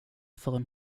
förrän